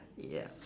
yeah